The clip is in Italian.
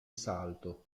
salto